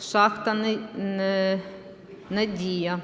"Шахта "Надія".